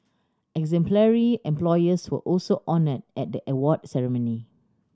exemplary employers were also honoured at the award ceremony